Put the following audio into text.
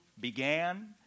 began